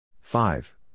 Five